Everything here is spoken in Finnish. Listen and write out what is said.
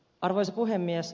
arvoisa puhemies